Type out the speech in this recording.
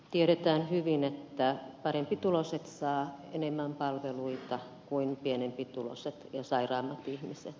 tiedetään hyvin että parempituloiset saavat enemmän palveluita kuin pienempituloiset ja sairaammat ihmiset